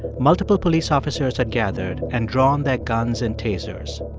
multiple police officers had gathered and drawn their guns and tasers.